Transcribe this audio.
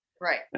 right